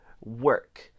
work